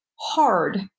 hard